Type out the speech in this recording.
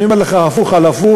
אני אומר לך, הפוך על הפוך,